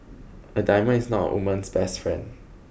a diamond is not a woman's best friend